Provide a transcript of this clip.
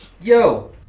Yo